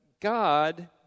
God